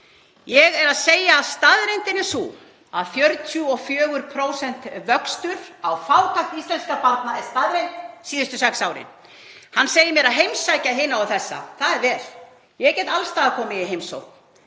Ég er að segja að 44% vöxtur á fátækt íslenskra barna er staðreynd síðustu sex árin. Hann segir mér að heimsækja hina og þessa. Það er vel. Ég get alls staðar komið í heimsókn.